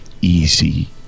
easy